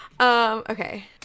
Okay